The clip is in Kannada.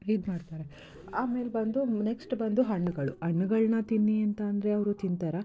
ಇದು ಮಾಡ್ತಾರೆ ಆಮೇಲೆ ಬಂದು ನೆಕ್ಷ್ಟ್ ಬಂದು ಹಣ್ಣುಗಳು ಹಣ್ಣುಗಳನ್ನು ತಿನ್ನಿ ಅಂತಂದರೆ ಅವರು ತಿಂತಾರಾ